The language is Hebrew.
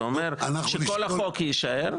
זה אומר שכל החוק יישאר.